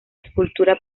escultura